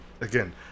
again